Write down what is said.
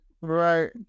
Right